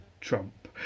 Trump